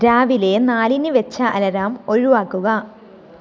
രാവിലെ നാലിന് വച്ച അലാറം ഒഴിവാക്കുക